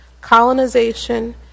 colonization